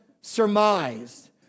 surmised